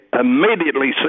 immediately